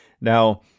Now